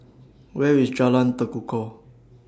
Where IS Jalan Tekukor